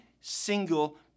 single